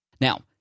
Now